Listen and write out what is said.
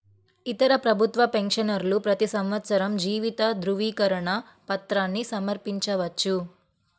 ఇతర ప్రభుత్వ పెన్షనర్లు ప్రతి సంవత్సరం జీవిత ధృవీకరణ పత్రాన్ని సమర్పించవచ్చు